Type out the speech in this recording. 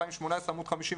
עמוד 55,